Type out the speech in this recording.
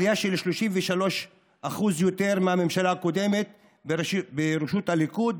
עלייה של 33% יותר מהממשלה הקודמת בראשות הליכוד,